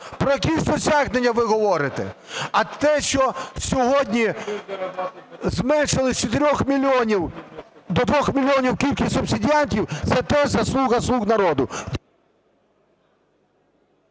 Про які досягнення ви говорите? А те, що сьогодні зменшили з 4 мільйонів до 2 мільйонів кількість субсидіантів, це теж заслуга "слуг народу".